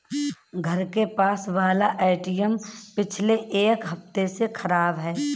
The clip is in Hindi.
घर के पास वाला एटीएम पिछले एक हफ्ते से खराब है